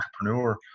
entrepreneur